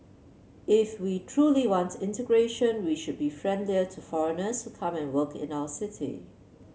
if we truly want integration we should be friendlier to foreigners who come and work in our city